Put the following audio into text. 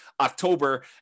October